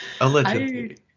allegedly